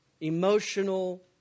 emotional